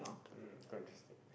um quite interesting